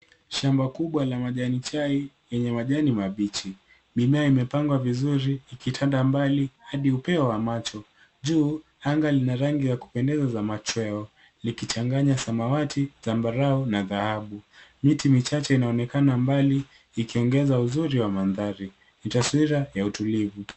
Shamba kubwa la majani chai, lenye majani mabichi. Mimea imepangwa vizuri ikitanda mbali, hadi upeo wa macho. Juu anga lina rangi za kupendeza za machweo, likichanganya samawati, zambarau, na dhahabu. Miti michache inaonakana mbali, ikiongeza uzuri wa mandhari. Ni taswira ya utulivu.